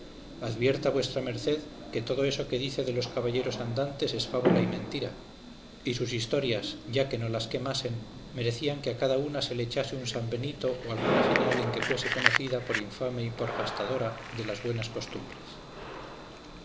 advierta vuestra merced que todo eso que dice de los caballeros andantes es fábula y mentira y sus historias ya que no las quemasen merecían que a cada una se le echase un sambenito o alguna señal en que fuese conocida por infame y por gastadora de las buenas costumbres